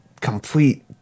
complete